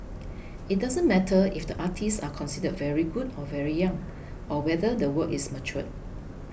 it doesn't matter if the artists are considered very good or very young or whether the work is mature